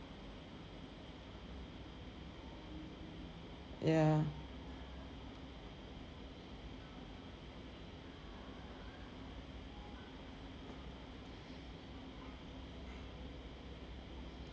ya